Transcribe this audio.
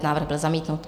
Návrh byl zamítnut.